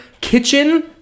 kitchen